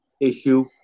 issue